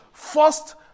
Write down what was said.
First